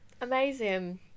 Amazing